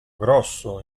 grosso